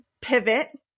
pivot